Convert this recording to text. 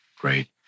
Great